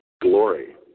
glory